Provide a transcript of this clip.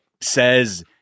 says